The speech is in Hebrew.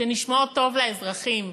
שנשמעות טוב לאזרחים,